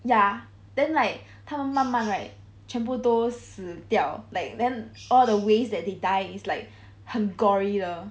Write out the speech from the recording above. ya then like 他们慢慢 right 全部都死掉 like then all the ways that they die is like 很 gory 的